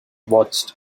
watched